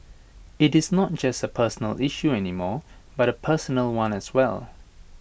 IT is not just A personal issue any more but A personnel one as well